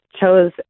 chose